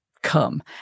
come